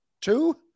two